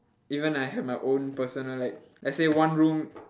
even I have my own personal like let's say one room